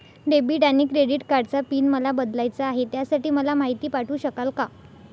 Debit आणि credit कार्डचा PIN मला बदलायचा आहे, त्यासाठी मला माहिती पाठवू शकाल का?